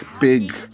big